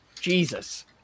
Jesus